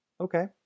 Okay